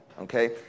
okay